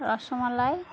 rasmalai